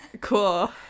Cool